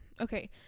Okay